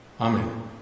Amen